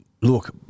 Look